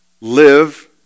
live